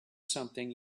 something